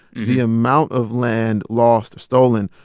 the amount of land lost or stolen,